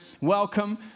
Welcome